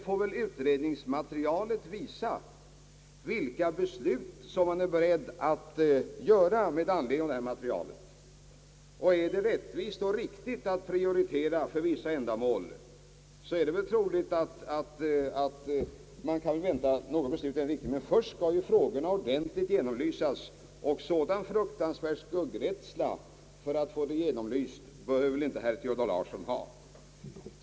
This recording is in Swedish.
Utredningsmaterialet får väl sedan visa, vilka beslut som man är beredd att ta med anledning av det materialet. Om det är rättvist, riktigt och möjligt att prioritera vissa ändamål, är det väl troligt att man kan vänta något beslut i den riktningen. Men först skall ju frågorna genomlysas ordentligt, och någon skuggrädsla för att få dem genomlysta bör väl inte herr Nils Theodor Larsson ha.